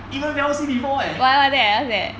you know you never see before right